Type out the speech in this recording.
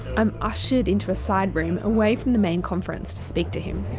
i'm ushered into a side room away from the main conference, to speak to him.